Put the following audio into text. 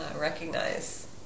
recognize